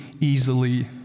easily